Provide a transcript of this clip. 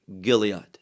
Gilead